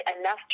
enough